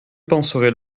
penserait